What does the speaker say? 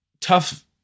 tough